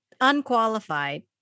unqualified